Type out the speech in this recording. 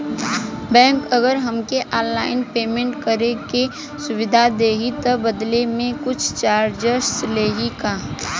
Bank अगर हमके online payment करे के सुविधा देही त बदले में कुछ चार्जेस लेही का?